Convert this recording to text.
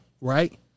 right